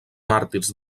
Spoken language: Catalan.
màrtirs